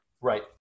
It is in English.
Right